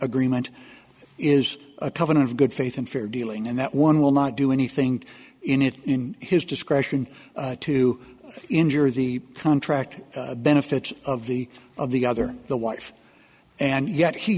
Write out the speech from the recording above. agreement is a covenant of good faith and fair dealing and that one will not do anything in it in his discretion to injure the contract benefits of the of the other the wife and yet he